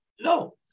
No